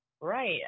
Right